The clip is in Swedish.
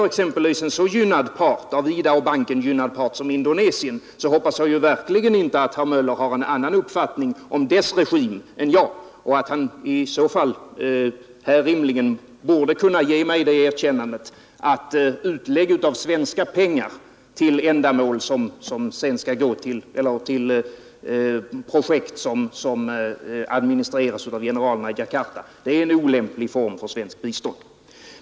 När det gäller en av IDA och Världsbanken så gynnad part som Indonesien hoppas jag verkligen att herr Möller inte har en annan uppfattning om dess regim än jag och att han i så fall rimligen borde kunna ge mig det erkännandet att utlägg av svenska pengar till projekt som administreras av generalerna i Djakarta är en olämplig form för svenskt bistånd.